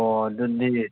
ꯑꯣ ꯑꯗꯨꯗꯤ